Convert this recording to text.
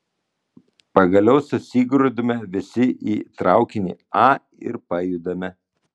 pagaliau susigrūdame visi į traukinį a ir pajudame